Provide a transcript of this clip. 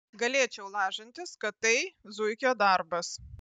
galėčiau lažintis kad tai zuikio darbas